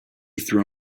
threw